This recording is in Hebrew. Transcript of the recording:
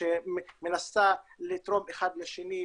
שמנסה לתרום אחד לשני,